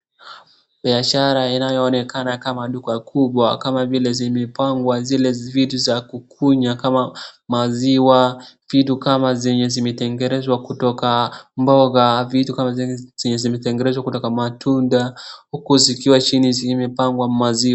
Biashara inayoonekana kama duka kubwa ,kama vile zimepangwa zile vitu za kukunywa kama maziwa ,vitu kama zenye zimetengenezwa kutoka mboga ,vitu kama zenye zimetengenezwa kutoka matunda huku zikiwa chini zimepangwa maziwa .